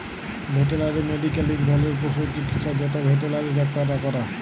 veterinary medical ইক ধরলের পশু চিকিচ্ছা যেট ভেটেলারি ডাক্তাররা ক্যরে